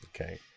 okay